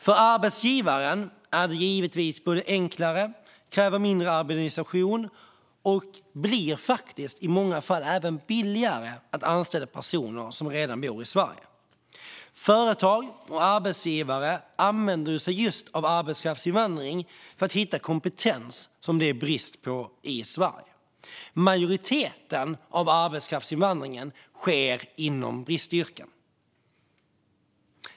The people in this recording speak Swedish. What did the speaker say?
För arbetsgivaren är det givetvis både enklare, mindre administrationskrävande och i många fall även billigare att anställa personer som redan bor i Sverige. Företag och arbetsgivare använder sig just av arbetskraftsinvandring för att hitta kompetens som det finns brist på i Sverige. Majoriteten av arbetskraftsinvandringen sker inom bristyrken.